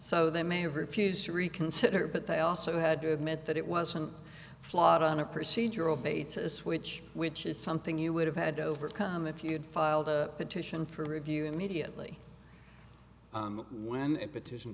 so they may have refused to reconsider but they also had to admit that it wasn't flawed on a procedural basis which which is something you would have had to overcome if you had filed a petition for review immediately when a petition